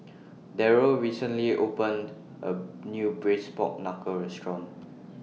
Darryll recently opened A New Braised Pork Knuckle Restaurant